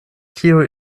kio